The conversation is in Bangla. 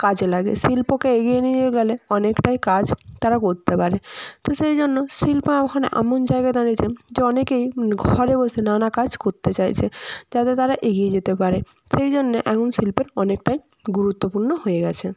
কাজে লাগে শিল্পকে এগিয়ে নিয়ে গেলে অনেকটাই কাজ তারা করতে পারে তো সেই জন্য শিল্প এখন এমন জায়গায় দাঁড়িয়ে আছেন যে অনেকেই ঘরে বসে নানা কাজ করতে চাইছে যাতে তারা এগিয়ে যেতে পারে সেই জন্যে এখন শিল্পের অনেকটাই গুরুত্বপূর্ণ হয়ে গেছে